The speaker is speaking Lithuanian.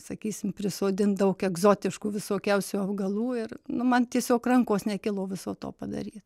sakysim prisodint daug egzotiškų visokiausių augalų ir nu man tiesiog rankos nekilo viso to padaryt